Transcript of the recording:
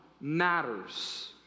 matters